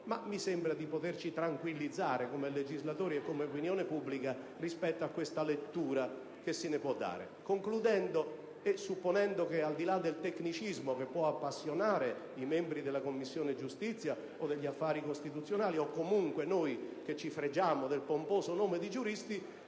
e di poter tranquillizzare l'opinione pubblica rispetto a questa lettura che se ne può dare. Concludendo, credo che - al di là del tecnicismo che può appassionare i membri delle Commissioni giustizia e affari costituzionali, o comunque noi che ci fregiamo del pomposo nome di giuristi